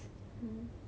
mm